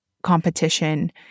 competition